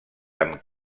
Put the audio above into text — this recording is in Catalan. amb